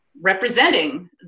representing